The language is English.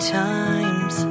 times